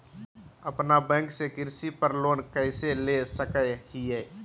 अपना बैंक से कृषि पर लोन कैसे ले सकअ हियई?